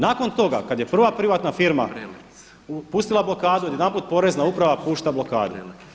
Nakon toga kada je prva privatna firma pustila blokadu odjedanput porezna uprava pušta blokadu.